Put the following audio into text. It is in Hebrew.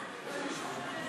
מיקי